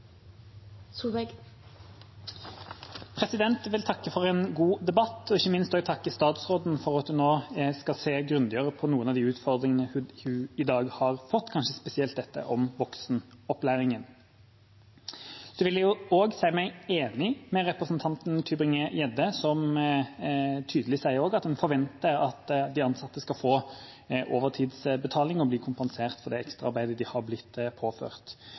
Jeg vil takke for en god debatt, og ikke minst vil jeg takke statsråden for at hun nå skal se grundigere på noen av de utfordringene hun i dag har fått, kanskje spesielt dette om voksenopplæringen. Jeg vil også si meg enig med representanten Tybring-Gjedde, som tydelig sier at en forventer at de ansatte skal få overtidsbetaling og bli kompensert for det ekstraarbeidet de er blitt påført.